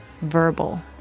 verbal